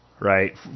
Right